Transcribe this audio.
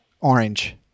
orange